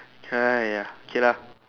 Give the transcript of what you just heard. !haiya! okay lah